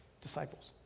disciples